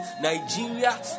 Nigeria